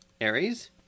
Aries